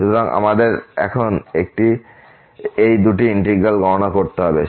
সুতরাং আমাদের এখন এই দুটি ইন্টিগ্র্যাল গণনা করতে হবে